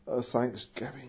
thanksgiving